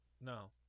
no